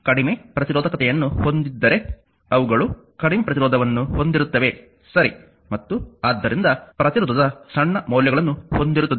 ಕಡಿಮೆ ಪ್ರತಿರೋಧಕತೆಯನ್ನು ಹೊಂದಿದ್ದರೆ ಅವುಗಳು ಕಡಿಮೆ ಪ್ರತಿರೋಧವನ್ನು ಹೊಂದಿರುತ್ತವೆ ಸರಿ ಮತ್ತು ಆದ್ದರಿಂದ ಪ್ರತಿರೋಧದ ಸಣ್ಣ ಮೌಲ್ಯಗಳನ್ನು ಹೊಂದಿರುತ್ತದೆ